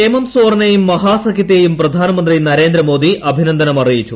ഹേമന്ദ് സോറനെയും മഹാസഖ്യത്തെയും പ്രധാനമന്ത്രി നരേന്ദ്രമോദി അഭിനന്ദനമറിയിച്ചു